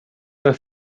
their